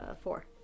four